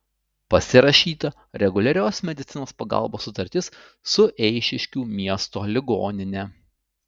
pasirašyta reguliarios medicinos pagalbos sutartis su eišiškių miesto ligonine